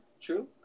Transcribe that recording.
true